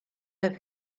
her